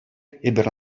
эпир